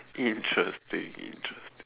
interesting interesting